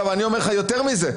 אני אומר לך יותר מזה,